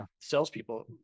Salespeople